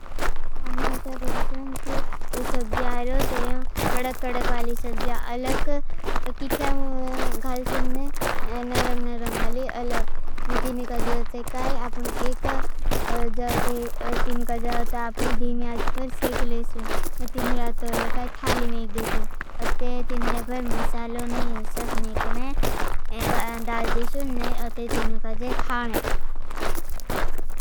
आपने अच्छा करते हैं। कि सब्जा आईरो तेरे में कड़क कड़क वाली सब्जा अलग। किठ्या में घाल सुनने नरम नरम वाली अलग। और तीनु का ज़्योंते काई। आपने एक तीनु का ज़्योंते आपने धीम्याज पर सेख ले सुन। आपने तीनु का ज़्योंते काई थाली में गे सुन।